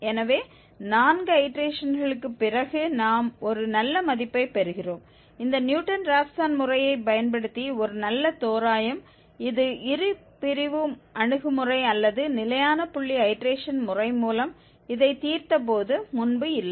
எனவே 4 ஐடேரேஷன்கள்க்குப் பிறகு நாம் ஒரு நல்ல மதிப்பைப் பெறுகிறோம் இந்த நியூட்டன் ராப்சன் முறையைப் பயன்படுத்தி ஒரு நல்ல தோராயம் இது இருபிரிவு அணுகுமுறை அல்லது நிலையான புள்ளி ஐடேரேஷன் முறைமூலம் இதை தீர்த்தபோது முன்பு இல்லை